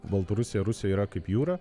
baltarusija rusija yra kaip jūra